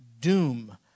doom